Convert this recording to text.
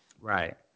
Right